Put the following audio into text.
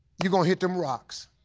you gonna hit them rocks.